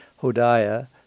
Hodiah